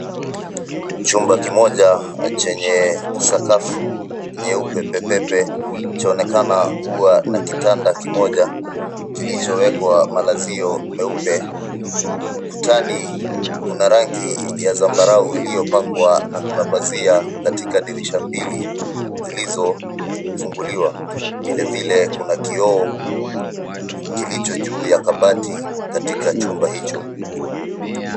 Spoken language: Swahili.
Chumba kimoja chenye sakafu nyeupe pepepe chaonekana kuwa na kitanda kimoja kilichowekwa malazio meupe. Ukutani kuna rangi ya zambarau iliyopakwa na kuna pazia katika dirisha mbili zilizofunguliwa. Vile vile, kuna kioo kilicho juu ya kabati katika chumba hicho.